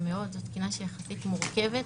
היא יחסית מורכבת,